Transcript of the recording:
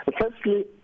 Firstly